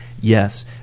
Yes